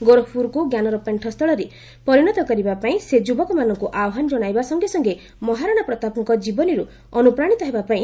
ଗୋରଖପୁରକୁ ଜ୍ଞାନର ପେଶ୍ଚସ୍ଥଳୀରେ ପରିଣତ କରିବା ପାଇଁ ସେ ଯୁବକମାନଙ୍କୁ ଆହ୍ୱାନ ଜଣାଇବା ସଙ୍ଗେସଙ୍ଗେ ମହାରଣା ପ୍ରତାପଙ୍କ ଜୀବନୀରୁ ଅନୁପ୍ରାଣୀତ ହେବା ପାଇଁ ସେ ଆହ୍ୱାନ ଦେଇଛନ୍ତି